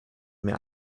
mir